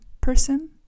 person